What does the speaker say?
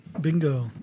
Bingo